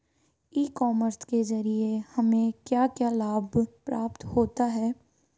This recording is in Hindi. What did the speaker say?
ई कॉमर्स के ज़रिए हमें क्या क्या लाभ प्राप्त होता है?